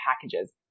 packages